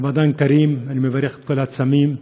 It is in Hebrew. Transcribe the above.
רמדאן כרים, אני מברך את כל הצמים,